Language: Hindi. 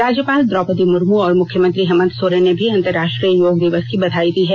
राज्यपाल द्रौपदी मुर्मू और मुख्यमंत्री हेमंत सोरेन ने भी अंतरराष्ट्रीय योग दिवस की बधाई दी है